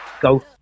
go-